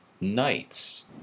knights